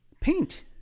paint